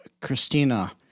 Christina